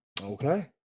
Okay